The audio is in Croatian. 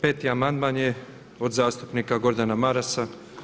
5. amandman je od zastupnika Gordana Marasa.